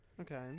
Okay